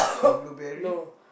the blueberry